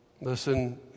Listen